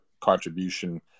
contribution